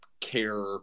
care